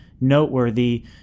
noteworthy